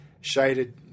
shaded